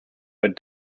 but